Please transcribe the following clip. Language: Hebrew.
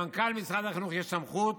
למנכ"ל משרד החינוך יש סמכות